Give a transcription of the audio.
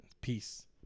peace